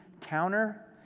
Towner